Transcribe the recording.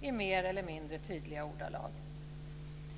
i mer eller mindre tydliga ordalag.